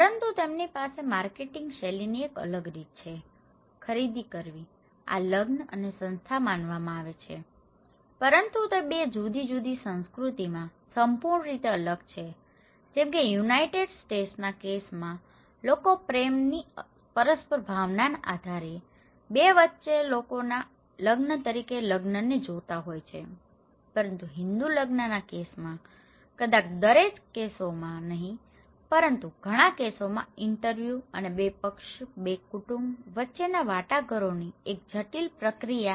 પરંતુ તેમની પાસે માર્કેટિંગ શૈલીની એક અલગ રીત છે ખરીદી કરવી આ લગ્ન અને સંસ્થાઓ માનવામાં આવે છે પરંતુ તે 2 જુદી જુદી સંસ્કૃતિમાં સંપૂર્ણ રીતે અલગ છે જેમ કે યુનાઇટેડ સ્ટેટ્સના કેસમાં લોકો પ્રેમની પરસ્પર ભાવનાના આધારે બે લોકો વચ્ચેના લગ્ન તરીકે લગ્નને જોતા હોય છે પરંતુ હિન્દુ લગ્નના કેસમાં કદાચ દરેક કેસોમાં નહીં પરંતુ ઘણા કેસોમાં ઇન્ટરવ્યુ અને બે પક્ષો બે કુટુંબ વચ્ચેના વાટાઘાટોની એક જટિલ પ્રક્રિયા દ્વારા બરાબર ગોઠવાય છે